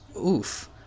Oof